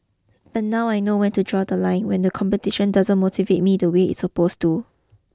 but now I know when to draw the line when the competition doesn't motivate me the way it's supposed to